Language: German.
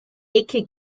ecke